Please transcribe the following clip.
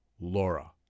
Laura